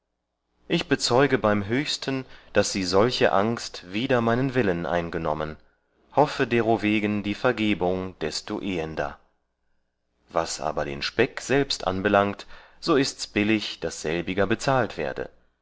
ich bezeuge beim höchsten daß sie solche angst wider meinen willen eingenommen hoffe derowegen die vergebung desto ehender was aber den speck selbst anbelangt so ists billig daß selbiger bezahlt werde